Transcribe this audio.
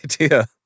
idea